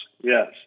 yes